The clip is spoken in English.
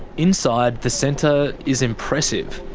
inside, the centre is impressive.